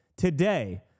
today